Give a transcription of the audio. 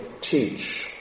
teach